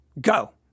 go